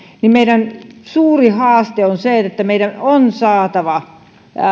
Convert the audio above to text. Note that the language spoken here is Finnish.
meidän suuri haaste on se että meidän on saatava